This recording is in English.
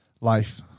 life